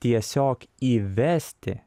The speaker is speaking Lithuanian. tiesiog įvesti